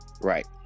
Right